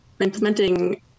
implementing